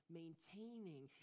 maintaining